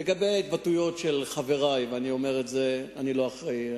לגבי ההתבטאות של חברי, אני לא אחראי.